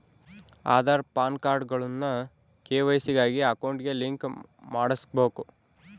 ಆದಾರ್, ಪಾನ್ಕಾರ್ಡ್ಗುಳ್ನ ಕೆ.ವೈ.ಸಿ ಗಾಗಿ ಅಕೌಂಟ್ಗೆ ಲಿಂಕ್ ಮಾಡುಸ್ಬಕು